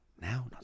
Now